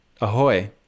Ahoy